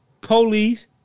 police